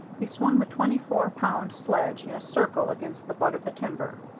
he swung the twenty-four pound sledge in a circle against the butt of the timber.